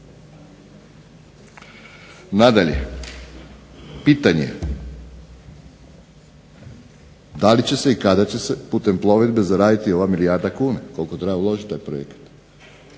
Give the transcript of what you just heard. Nadalje, pitanje je da li će se i kada će se putem plovidbe zaraditi ova milijarda kuna koliko treba uložiti u taj projekt?